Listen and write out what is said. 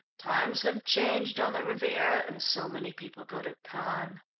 times have changed on the riviera, and so many people go to cannes.